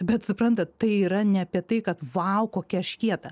bet suprantat tai yra ne apie tai kad vau kokia aš kieta